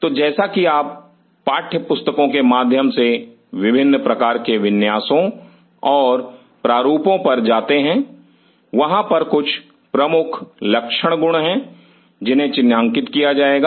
तो जैसा कि आप पाठ्य पुस्तकों के माध्यम से विभिन्न प्रकार के विन्यासो और प्रारूपों पर जाते हैं वहां पर कुछ प्रमुख लक्षण गुण हैं जिन्हें चिन्हांकित किया जाएगा